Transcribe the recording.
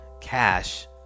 cash